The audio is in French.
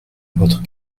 votre